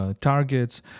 targets